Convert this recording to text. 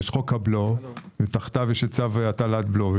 יש חוק הבלו, תחתיו יש צו הטלת בלו.